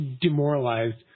demoralized